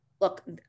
look